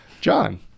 John